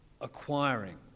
acquiring